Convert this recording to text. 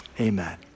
amen